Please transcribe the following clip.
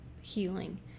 healing